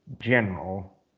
general